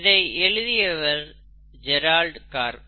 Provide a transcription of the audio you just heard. இதை எழுதியவர் Gerald corp